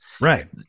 Right